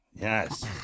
yes